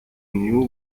knew